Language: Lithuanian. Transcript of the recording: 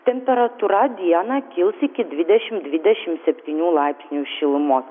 temperatūra dieną kils iki dvidešim dvidešim septynių laipsnių šilumos